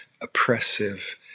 oppressive